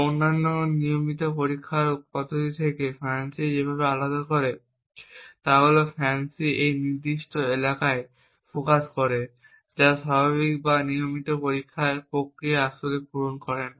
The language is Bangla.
অন্যান্য নিয়মিত পরীক্ষার পদ্ধতি থেকে FANCI যেভাবে আলাদা তা হল যে FANCI এই নির্দিষ্ট এলাকায় ফোকাস করে যা স্বাভাবিক বা নিয়মিত পরীক্ষার প্রক্রিয়া আসলে পূরণ করে না